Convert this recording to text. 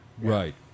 Right